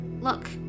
Look